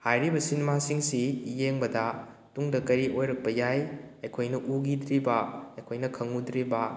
ꯍꯥꯏꯔꯤꯕ ꯁꯤꯅꯦꯃꯥ ꯁꯤꯡꯁꯤ ꯌꯦꯡꯕꯗ ꯇꯨꯡꯗ ꯀꯔꯤ ꯑꯣꯏꯔꯛꯄ ꯌꯥꯏ ꯑꯩꯈꯣꯏꯅ ꯎꯈꯤꯗ꯭ꯔꯤꯕ ꯑꯩꯈꯣꯏꯅ ꯈꯪꯂꯨꯗ꯭ꯔꯤꯕ